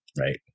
right